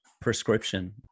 prescription